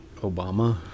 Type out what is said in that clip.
Obama